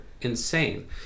insane